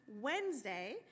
Wednesday